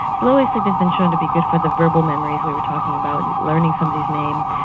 slow wave sleep has been shown to be good for the verbal memories we were talking about, learning somebody's name,